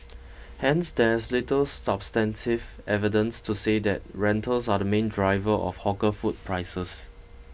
hence there is little substantive evidence to say that rentals are the main driver of hawker food prices